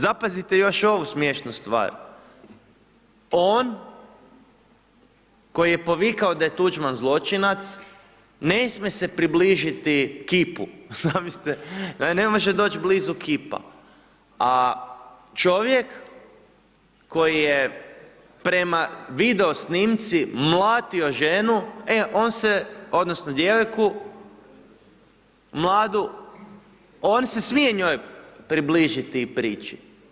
Zapazite još ovu smiješnu stvar, on koji je povikao da je Tuđman zločinac, ne smije se približiti kipu, zamislite, ne može doć blizu kipa, a čovjek koji je prema video snimci mlatio ženu, on se odnosno djevojku mladu, on se smije njoj približiti i prići.